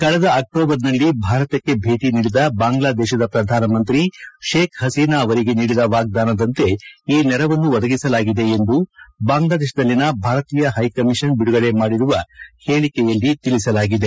ಕಳೆದ ಅಕ್ಲೋಬರ್ನಲ್ಲಿ ಭಾರತಕ್ಕೆ ಭೇಟ ನೀಡಿದ ಬಾಂಗ್ಲಾದೇಶದ ಪ್ರಧಾನಮಂತ್ರಿ ಶೇಕ್ ಹಸೀನಾ ಅವರಿಗೆ ನೀಡಿದ ವಾಗ್ಲಾನದಂತೆ ಈ ನೆರವನ್ನು ಒದಗಿಸಲಾಗಿದೆ ಎಂದು ಬಾಂಗ್ಲಾದೇಶದಲ್ಲಿನ ಭಾರತೀಯ ಹೈಕಮೀಷನ್ ಬಿಡುಗಡೆ ಮಾಡಿರುವ ಹೇಳಿಕೆಯಲ್ಲಿ ತಿಳಿಸಲಾಗಿದೆ